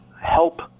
help